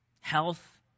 Health